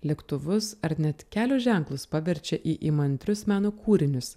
lėktuvus ar net kelio ženklus paverčia į įmantrius meno kūrinius